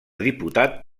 diputat